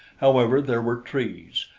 however, there were trees,